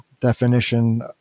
definition